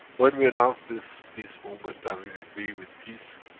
when we announced this peace movement, that we agree with peace,